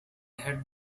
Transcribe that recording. had